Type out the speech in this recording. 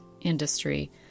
industry